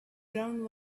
ground